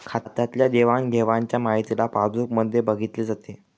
खात्यातल्या देवाणघेवाणच्या माहितीला पासबुक मध्ये बघितले जाते